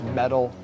metal